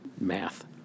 math